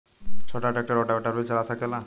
छोटा tractor rotavator भी चला सकेला?